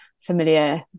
familiar